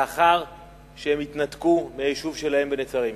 לאחר שהם התנתקו מהיישוב שלהם, נצרים.